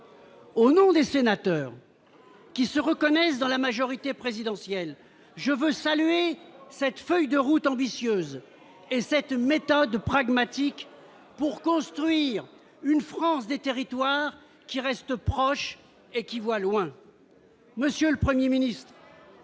Au nom des sénateurs qui se reconnaissent dans la majorité présidentielle, je veux saluer cette feuille de route ambitieuse et cette méthode pragmatique pour construire une France des territoires qui reste proche et qui voit loin, monsieur le 1er ministre.